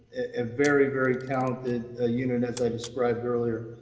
a very, very talented ah unit as i described earlier.